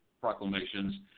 proclamations